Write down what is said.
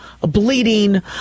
bleeding